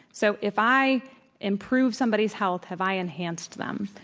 so if i improve somebody's health, have i enhanced them?